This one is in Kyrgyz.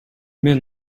мен